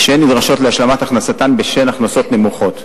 ושתיהן נדרשות להשלמת הכנסתן בשל הכנסות נמוכות.